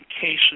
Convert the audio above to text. cases